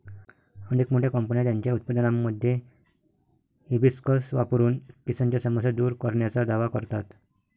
अनेक मोठ्या कंपन्या त्यांच्या उत्पादनांमध्ये हिबिस्कस वापरून केसांच्या समस्या दूर करण्याचा दावा करतात